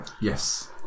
Yes